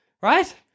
right